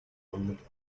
wondered